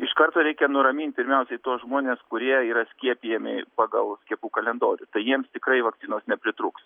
iš karto reikia nuramint pirmiausiai tuos žmones kurie yra skiepijami pagal skiepų kalendorių tai jiems tikrai vakcinos nepritrūks